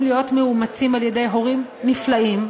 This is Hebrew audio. להיות מאומצים על-ידי הורים נפלאים,